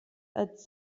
als